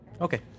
Okay